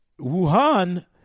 Wuhan